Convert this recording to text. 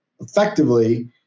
Effectively